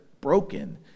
broken